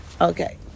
Okay